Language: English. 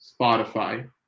Spotify